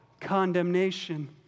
condemnation